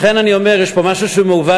לכן אני אומר שיש פה משהו מעוות,